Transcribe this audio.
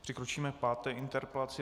Přikročíme k páté interpelaci.